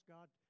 God